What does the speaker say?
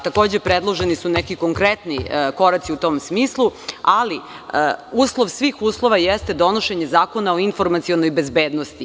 Takođe, predloženi su neki konkretni koraci u tom smislu, ali uslov svih uslova jeste donošenje zakona o informacionoj bezbednosti.